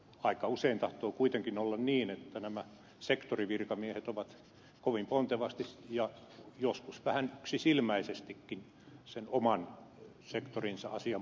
aika usein tahtoo kuitenkin olla niin että nämä sektorivirkamiehet ovat kovin pontevasti ja joskus vähän yksisilmäisestikin sen oman sektorinsa asian puolella